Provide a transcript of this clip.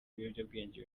ibiyobyabwenge